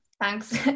Thanks